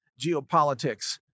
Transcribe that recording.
geopolitics